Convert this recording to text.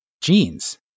Jeans